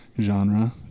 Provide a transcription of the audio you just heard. genre